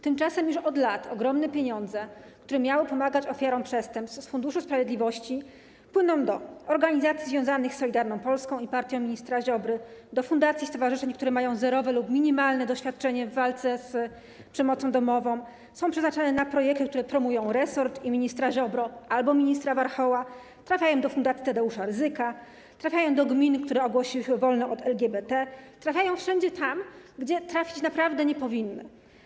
Tymczasem już od lat ogromne pieniądze, które miały pomagać ofiarom przestępstw, z Funduszu Sprawiedliwości płyną do organizacji związanych z Solidarną Polską, partią ministra Ziobry, do fundacji i stowarzyszeń, które mają zerowe lub minimalne doświadczenie w walce z przemocą domową, są przeznaczane na projekty, które promują resort i ministra Ziobrę albo ministra Warchoła, trafiają do fundacji Tadeusza Rydzyka, trafiają do gmin, które ogłosiły się wolnymi od LGBT, trafiają wszędzie tam, gdzie trafić naprawdę nie powinny.